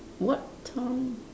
what time